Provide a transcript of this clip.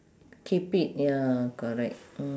keep it ya correct mm